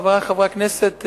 חברי חברי הכנסת,